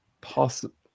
possible